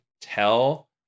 tell